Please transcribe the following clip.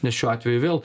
nes šiuo atveju vėl